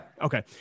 Okay